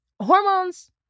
hormones